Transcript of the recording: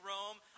Rome